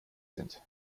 sind